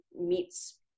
meets